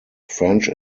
french